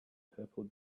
purple